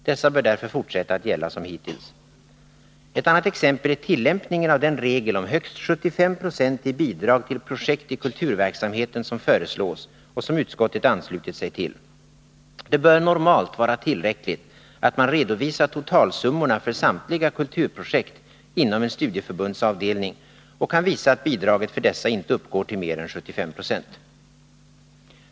Dessa bör därför fortsätta att gälla som hittills. Ett annat exempel är tillämpningen av den regel om högst 75 96 i bidrag till projekt i kulturverksamheten som föreslås och som utskottet anslutit sig till. Det bör normalt vara tillräckligt att man redovisar totalsummorna för samtliga kulturprojekt inom en studieförbundsavdelning och kan visa att bidraget för dessa inte uppgår till mer än 75 96.